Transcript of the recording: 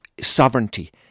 sovereignty